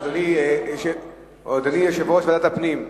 אדוני יושב-ראש ועדת הפנים,